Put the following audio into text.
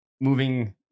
moving